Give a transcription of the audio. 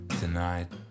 tonight